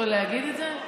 אסור לי להגיד את זה?